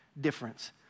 difference